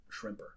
shrimper